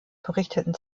berichteten